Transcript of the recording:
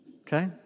okay